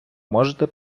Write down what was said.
можете